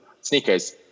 Sneakers